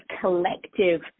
collective